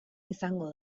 izango